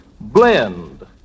blend